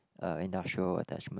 uh industrial attachment